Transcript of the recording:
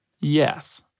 Yes